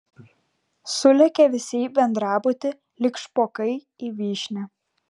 sulėkė visi į bendrabutį lyg špokai į vyšnią